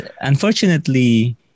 unfortunately